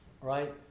Right